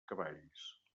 cavalls